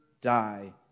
die